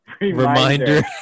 Reminder